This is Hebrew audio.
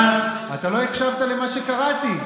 אתה לא הקשבת למה שקראתי,